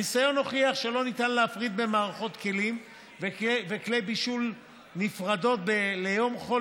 הניסיון הוכיח שלא ניתן להפריד בין מערכות כלים וכלי בישול ליום חול